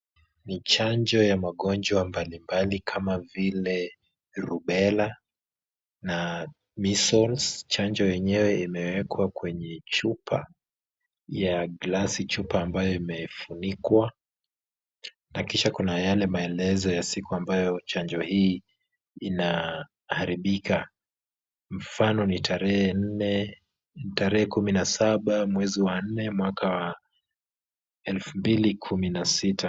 Ni chanjo ya magonjwa mbalimbali kama vile rubella na measles , chanjo yenyewe imewekwa kwenye chupa ya glasi, chupa ambayo imefunikwa na kisha kuna yale maelezo ya siku ambayo chanjo hii inaharibika, mfano ni tarehe nne, tarehe kumi na saba mwezi wa nne mwaka wa elfu mbili kumi na sita.